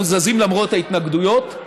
אנחנו זזים למרות ההתנגדויות,